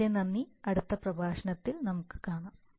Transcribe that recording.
വളരെ നന്ദി അടുത്ത പ്രഭാഷണത്തിൽ നമുക്ക് കാണാം